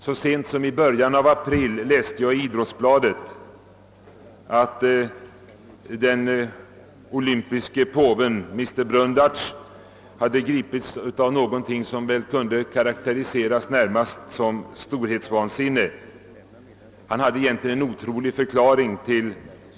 Så sent som i början av april läste jag i Idrottsbladet, att den olympiske »påven» Mr Brundage hade gripits av någonting som vi skulle kunna karakterisera som storhetsvansinne. Han hade en otrolig förklaring.